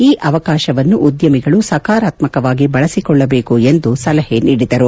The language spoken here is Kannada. ಈ ಅವಕಾಶವನ್ನು ಉದ್ದಮಿಗಳು ಸಕಾರಾತ್ವಕವಾಗಿ ಬಳಸಿಕೊಳ್ಳಬೇಕು ಎಂದು ಸಲಹೆ ನೀಡಿದರು